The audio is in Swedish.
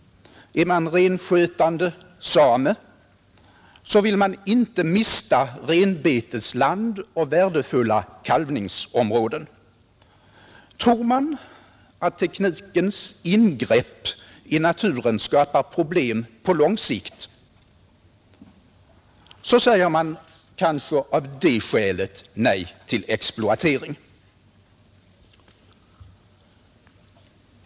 Är man renskötande same, så vill man inte mista renbetesland och värdefulla kalvningsområden. Tror man att teknikens ingrepp i naturen skapar problem på lång sikt, så säger man kanske av det skälet nej till exploatering.